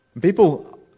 People